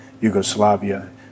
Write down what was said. yugoslavia